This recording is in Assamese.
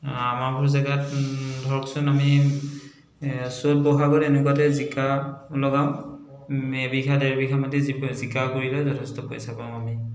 আমাৰবোৰ জাগাত ধৰকচোন আমি চ'ত ব'হাগত এনেকুৱাতে জিকা লগাও এবিঘা ডেৰ বিঘা মাটিত জিকা জিকা কৰিলে যথেষ্ট পইচা পাম আমি